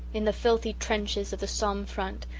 in the filthy trenches of the somme front,